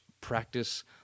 practice